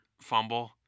fumble